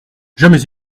jamais